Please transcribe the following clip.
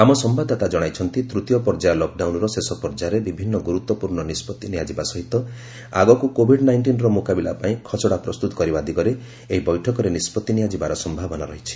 ଆମ ସମ୍ଭାଦଦାତା ଜଣାଇଛନ୍ତି ତୂତୀୟ ପର୍ଯ୍ୟାୟ ଲକଡାଉନର ଶେଷ ପର୍ଯ୍ୟାୟରେ ବିଭିନ୍ନ ଗୁରୁତ୍ୱପୂର୍ଣ୍ଣ ନିଷ୍ପଭି ନିଆଯିବା ସହିତ ଆଗକ୍ର କୋଭିଡ୍ ନାଇଷ୍ଟିନ୍ର ମ୍ରକାବିଲା ପାଇଁ ଖସଡ଼ା ପ୍ରସ୍ତତ କରିବା ଦିଗରେ ଏହି ବୈଠକରେ ନିଷ୍କଭି ନିଆଯିବାର ସମ୍ଭାବନା ଅଛି